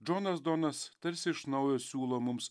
džonas donas tarsi iš naujo siūlo mums